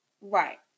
Right